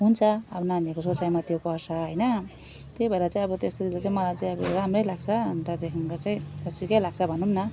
हुन्छ अब नानीहरूको सोचाइमा त्यो पर्छ होइन त्यही भएर चाहिँ अब त्यस्तोले चाहिँ मलाई चाहिँ अब राम्रै लाग्छ अनि त्यहाँदेखिको चाहिँ ठिकै लाग्छ भनौँ न